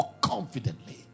confidently